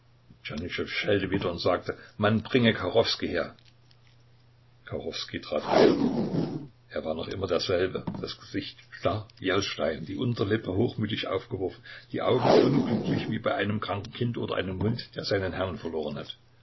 schellte wieder und sagte man bringe kachowskij her kachowskij trat ein er war noch immer derselbe das gesicht starr wie aus stein die unterlippe hochmütig aufgeworfen die augen unglücklich wie bei einem kranken kind oder einem hund der seinen herrn verloren hat